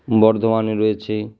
বর্ধমানে রয়েছে